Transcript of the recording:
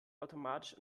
automatisch